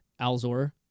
Alzor